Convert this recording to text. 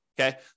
Okay